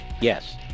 Yes